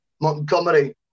Montgomery